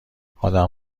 آدم